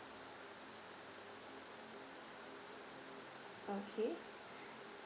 okay